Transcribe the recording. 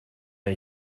ein